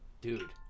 Dude